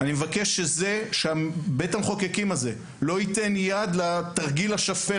אני מבקש שבית המחוקקים הזה לא ייתן יד לתרגיל השפל